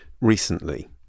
recently